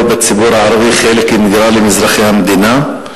בציבור הערבי חלק אינטגרלי של אזרחי המדינה,